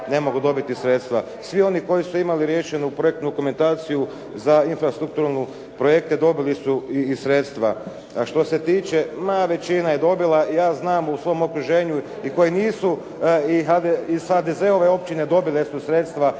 ne mogu dobiti sredstva. Svi oni koji su imali riješenu projektnu dokumentaciju za infrastrukturalne projekte dobili su i sredstva. A što se tiče, ma većina je dobila. Ja znam u svom okruženju i koji nisu iz HDZ-ove općine dobili su sredstva